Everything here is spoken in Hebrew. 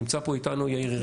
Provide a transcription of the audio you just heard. נמצא פה איתנו יאיר הירש,